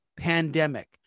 pandemic